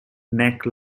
neck